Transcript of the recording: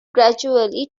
gradually